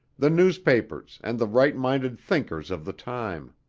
the newspapers and the right-minded thinkers of the time.